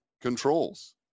controls